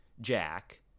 jack